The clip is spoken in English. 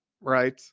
right